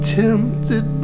tempted